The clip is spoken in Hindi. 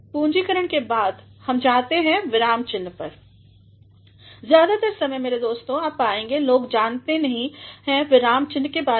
पूंजीकरण के बाद हम जाते हैं विराम चिह्न पर ज्यादातर समय मेरे प्रिय दोस्तों आप पाएंगे लोग जानते नहीं हैं विराम चिह्न के बारे में